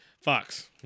Fox